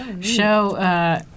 show